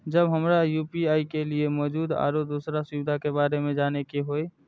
जब हमरा यू.पी.आई के लिये मौजूद आरो दोसर सुविधा के बारे में जाने के होय?